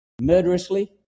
murderously